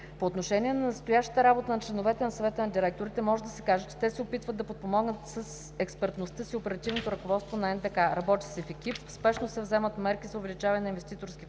По отношение на настоящата работа на членовете на Съвета на директорите може да се каже, че те се опитват да подпомогнат с експертността си оперативното ръководство на НДК. Работи се в екип. Спешно се вземат мерки за увеличаване на инвеститорския контрол,